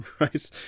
right